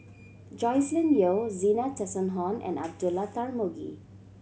Joscelin Yeo Zena Tessensohn and Abdullah Tarmugi